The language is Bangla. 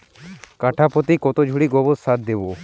কাঠাপ্রতি কত ঝুড়ি গোবর সার দেবো?